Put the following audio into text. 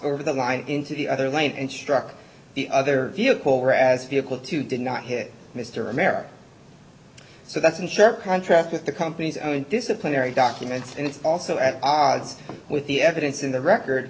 over the line into the other lane and struck the other vehicle or as a vehicle two did not hit mr america so that's in sharp contrast with the company's own disciplinary documents and it's also at odds with the evidence in the record